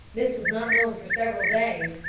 this was not known for several days,